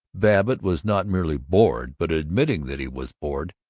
babbitt was not merely bored but admitting that he was bored.